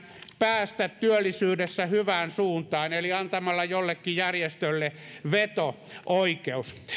pääse työllisyydessä hyvään suuntaan eli antamalla jollekin järjestölle veto oikeuden